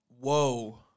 Whoa